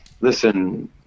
listen